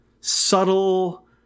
subtle